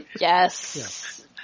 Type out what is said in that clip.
Yes